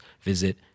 visit